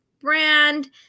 brand